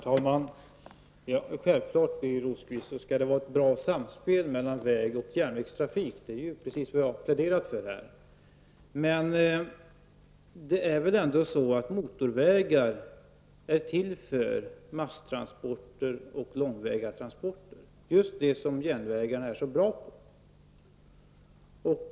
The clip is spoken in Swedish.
Herr talman! Självfallet, Birger Rosqvist, skall det vara ett bra samspel mellan väg och järnvägstrafik. Det är ju precis vad jag har pläderat för här. Men det är ändå så att motorvägar är till för masstransporter och långa vägtransporter, just det som järnvägarna är så bra på.